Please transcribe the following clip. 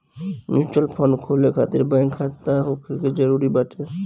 mutual fund खोले खातिर bank खाता होखल जरुरी बाटे